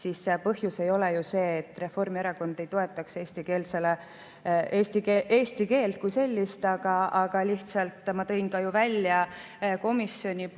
siis põhjus ei ole ju see, et Reformierakond ei toetaks eesti keelt kui sellist, aga lihtsalt ma tõin ka välja komisjoni